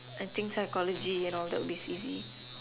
I think psychology all that would be easy